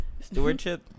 Stewardship